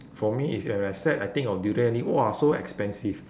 for me is when I sad I think of durian only !wah! so expensive